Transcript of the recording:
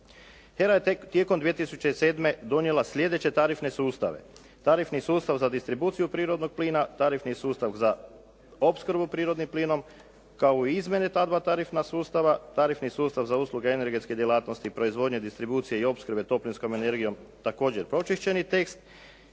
je tek tijekom 2007. donijela slijedeće tarifne sustave, tarifni sustav za distribuciju prirodnog plina, tarifni sustav za opskrbu prirodnim plinom, kao i izmjene ta dva tarifna sustava, tarifni sustav za usluge energetske djelatnosti i proizvodnje, distribucije i opskrbe toplinskom energijom također pročišćeni tekst